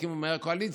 שיקימו מהר קואליציה.